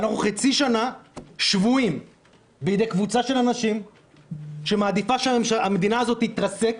חצי שנה אנחנו שבויים בידי קבוצת של אנשים שמעדיפה שהמדינה הזאת תתרסק,